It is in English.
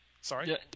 Sorry